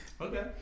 Okay